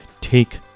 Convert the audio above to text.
take